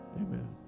Amen